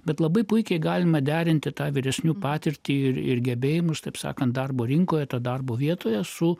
bet labai puikiai galima derinti tą vyresniųjų patirtį ir gebėjimus taip sakant darbo rinkoje tad darbo vietoje su